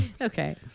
Okay